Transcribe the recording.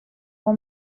for